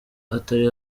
atari